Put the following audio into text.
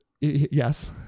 yes